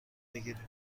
بگیریم